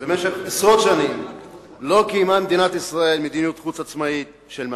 במשך עשרות שנים לא קיימה מדינת ישראל מדיניות חוץ עצמאית של ממש.